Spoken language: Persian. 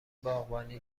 باغبانی